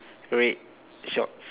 red shorts